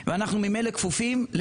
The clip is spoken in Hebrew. אנחנו כפופים,